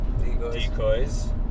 decoys